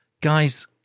guys